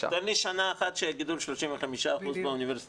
תן לי שנה אחת שהיה גידול של 35% באוניברסיטאות.